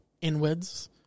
inwards